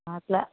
மார்கில்